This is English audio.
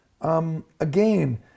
Again